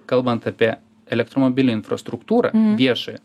kalbant apie elektromobilių infrastruktūrą viešąją